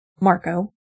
Marco